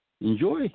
Enjoy